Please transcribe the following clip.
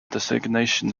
designation